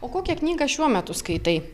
o kokią knygą šiuo metu skaitai